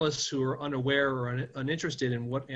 עיתונאים שלא מעוניינים או לא מבינים מהי